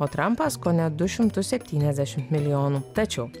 o trampas kone du šimtus septyniasdešimt milijonų tačiau